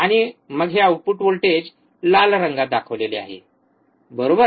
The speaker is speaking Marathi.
आणि मग हे आउटपुट व्होल्टेज लाल रंगात दाखवले आहे बरोबर